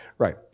Right